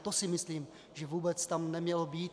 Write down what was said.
To si myslím, že vůbec tam nemělo být.